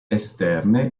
esterne